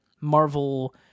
Marvel